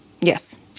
yes